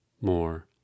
more